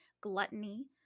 gluttony